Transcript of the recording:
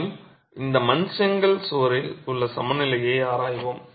மேலும் இந்த மண் செங்கல் சுவரில் உள்ள சமநிலையை ஆராய்வோம்